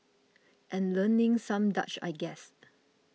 and learning some Dutch I guess